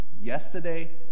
yesterday